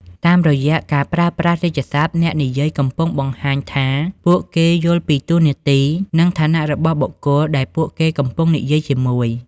តាមរយៈការប្រើប្រាស់រាជសព្ទ អ្នកនិយាយកំពុងបង្ហាញថាពួកគេយល់ពីតួនាទី និងឋានៈរបស់បុគ្គលដែលពួកគេកំពុងនិយាយជាមួយ។